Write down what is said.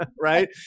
right